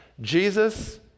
Jesus